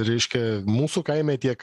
reiškia mūsų kaime tiek